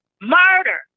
murder